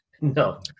No